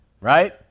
right